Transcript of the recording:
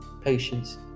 patience